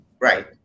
Right